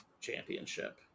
Championship